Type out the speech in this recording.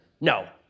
No